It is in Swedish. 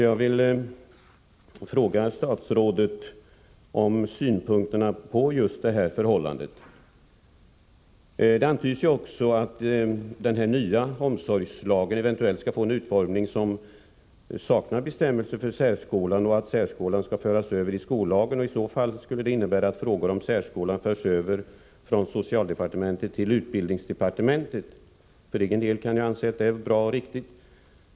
Jag vill fråga statsrådet: Vilka synpunkter har statsrådet på just detta förhållande? Det antyds också att den nya omsorgslagen eventuellt skall få en utformning som saknar bestämmelser för särskolan och att särskolan skall föras över att lyda under skollagen. Det skulle innebära att frågor om särskolan förs över från socialdepartementet till utbildningsdepartementet. För egen del kan jag anse att det är bra och riktigt.